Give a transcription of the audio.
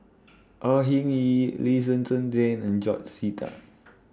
Au Hing Yee Lee Zhen Zhen Jane and George Sita